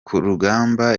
kurugamba